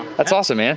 that's awesome, man.